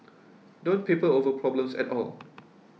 don't people over problems at all